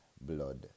blood